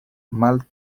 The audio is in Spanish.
mal